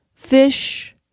fish